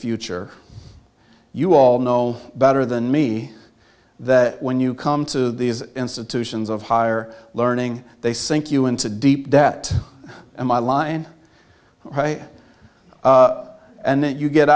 future you all know better than me that when you come to these institutions of higher learning they sink you into deep debt and my line right and then you get